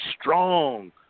strong